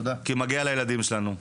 כי מגיע לילדים שלנו.